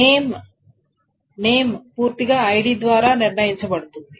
name name పూర్తిగా ID ద్వారా నిర్ణయించబడుతుంది